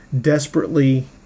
desperately